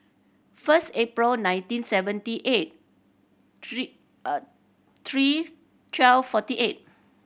first April nineteen seventy eight three three twelve forty eight